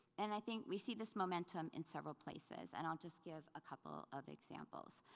and i think we see this momentum in several places. and i'll just give a couple of examples.